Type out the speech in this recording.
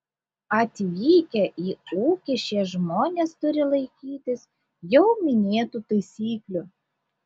atvykę į ūkį šie žmonės turi laikytis jau minėtų taisyklių